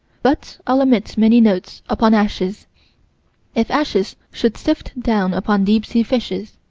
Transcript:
but i'll omit many notes upon ashes if ashes should sift down upon deep-sea fishes,